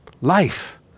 life